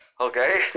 Okay